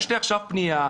יש לי עכשיו פניה,